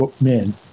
men